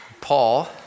Paul